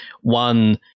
one